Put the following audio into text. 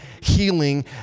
healing